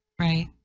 right